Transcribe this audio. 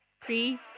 Three